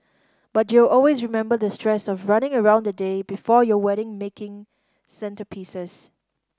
but you'll always remember the stress of running around the day before you wedding making centrepieces